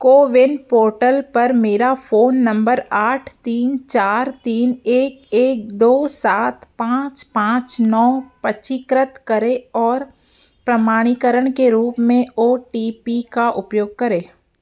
CoWIN portal पर मेरा phone नम्बर आठ तीन चार तीन एक एक दो सात पाँच पाँच नौ पंजीकृत करें और प्रमाणीकरण के रूप में ओ टी पी का उपयोग करें